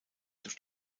durch